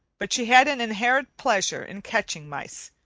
but she had an inherent pleasure in catching mice,